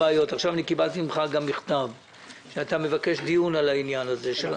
קיבלתי ממך מכתב על כך שאתה מבקש דיון על העניין הזה.